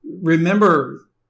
remember